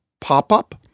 pop-up